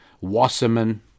wasserman